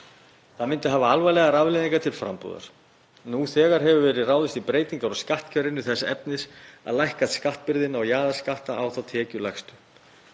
Það myndi hafa alvarlegar afleiðingar til frambúðar. Nú þegar hefur verið ráðist í breytingar á skattkerfinu þess efnis að lækka skattbyrðina og jaðarskatta á þá tekjulægstu.